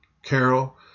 carol